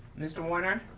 mr. warner